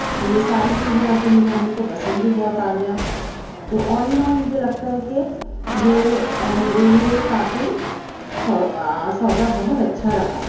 تو یہ ساری چیزیں اور پھر میری امی کو پسند بھی بہت آ گیا تو آل ان آل مجھے لگتا ہے کہ یہ میرے لیے کافی سودا بہت اچھا رہا